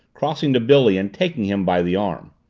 crossing to billy and taking him by the arm.